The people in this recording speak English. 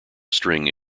string